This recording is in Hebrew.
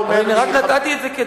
רק נתתי את זה כדוגמה.